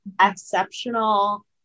exceptional